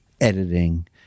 editing